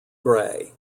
grey